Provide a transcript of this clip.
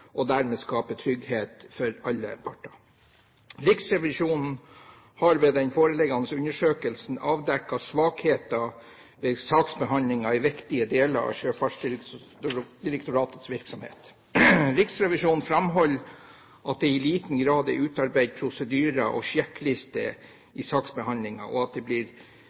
og dermed skaper trygghet for alle parter. Riksrevisjonen har ved den foreliggende undersøkelsen avdekket svakheter ved saksbehandlingen i viktige deler av Sjøfartsdirektoratets virksomhet. Riksrevisjonen framholder at det i liten grad er utarbeidet prosedyrer og sjekklister i saksbehandlingen, og at det